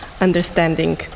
understanding